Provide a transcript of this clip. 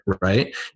Right